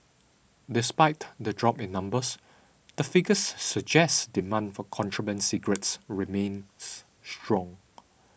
despite the drop in numbers the figures suggest demand for contraband cigarettes remains strong